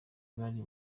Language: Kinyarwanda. bari